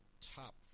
top